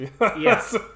Yes